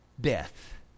death